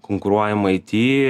konkuruojam it